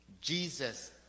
Jesus